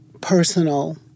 personal